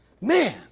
Man